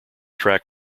track